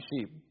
sheep